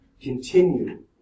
continue